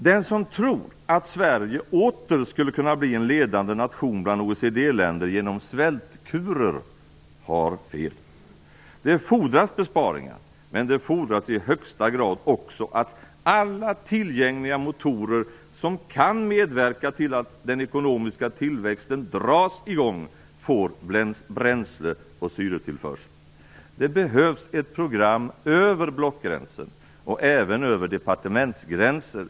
Den som tror att Sverige åter skulle kunna bli en ledande nation bland OECD-länderna genom svältkurer har fel. Det fordras besparingar, men det fordras också i högsta grad att alla tillgängliga motorer som kan medverka till att den ekonomiska tillväxten dras i gång får bränsle och syretillförsel. Det behövs ett program över blockgränsen, och även över departementsgränserna.